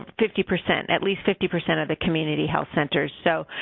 fifty percent at least fifty percent of the community health centers. so,